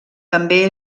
també